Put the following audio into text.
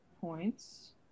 points